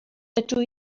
dydw